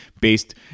based